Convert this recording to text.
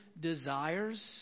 desires